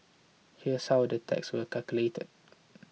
here's how the tax will calculated